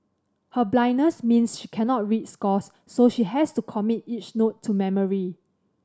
her blindness means she cannot read scores so she has to commit each note to memory